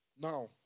Now